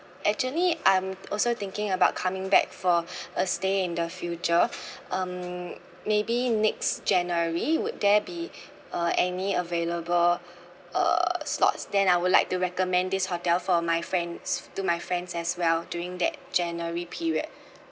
actually I'm also thinking about coming back for a stay in the future um maybe next january would there be uh any available uh slots then I would like to recommend this hotel for my friends to my friends as well during that january period